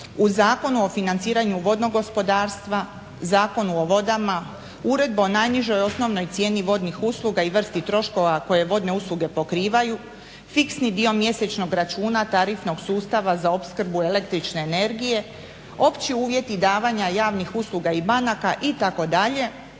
u Zakonu o financiranju vodnog gospodarstva, Zakonu o vodama, Uredba o najnižoj osnovnoj cijeni vodnih usluga i vrsti troškova koje vodne usluge pokrivaju, fiksni dio mjesečnog računa tarifnog sustava za opskrbu električne energije, opći uvjeti davanja javnih usluga i banaka itd.,